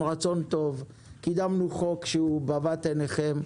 רצון טוב קידמנו חוק שהוא בבת עיניכם,